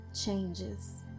changes